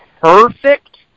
perfect